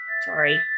sorry